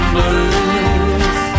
Blues